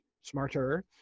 smarter